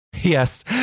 yes